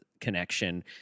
connection